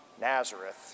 Nazareth